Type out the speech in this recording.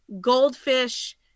goldfish